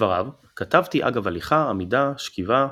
כדבריו ”כתבתי אגב הליכה, עמידה, שכיבה.